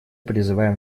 призываем